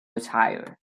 retire